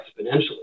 exponentially